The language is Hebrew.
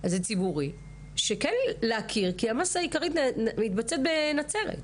כן להכיר בזה, כי המסה העיקרית מתבצעת בנצרת.